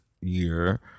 year